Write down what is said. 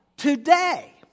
Today